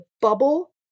bubble